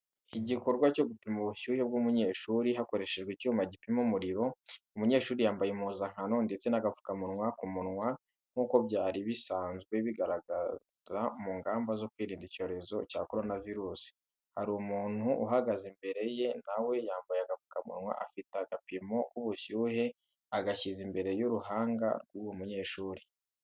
Igikorwa cyo gupima ubushyuhe bw’umunyeshuri, hakoreshejwe icyuma gipima umuriro. Umunyeshuri yambaye impuzankano ndetse n'agapfukamunwa ku munwa nk’uko byari bisanzwe bigaragara mu ngamba zo kwirinda icyorezo cya korona virusi. Hari umuntu uhagaze imbere ye nawe yambaye agapfukamunwa afite agapimo k’ubushyuhe agashyize imbere y'uruhanga rw’uwo munyeshuri.